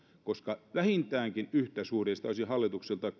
koska vähintäänkin yhtä suuret olisin hallitukselta